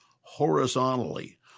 horizontally